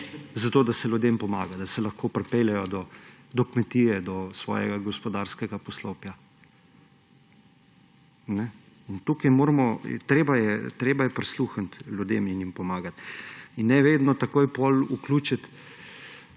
zato da se ljudem pomaga, da se lahko pripeljejo do kmetije, do svojega gospodarskega poslopja. Treba je prisluhniti ljudem in jim pomagati. In ne vedno takoj potem vključiti